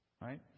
Right